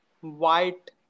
white